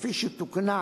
כפי שתוקנה